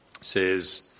says